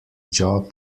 job